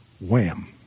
Wham